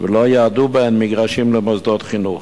ולא יועדו בהן מגרשים למוסדות חינוך.